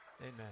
Amen